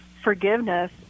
forgiveness